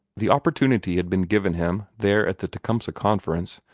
the opportunity had been given him, there at the tecumseh conference,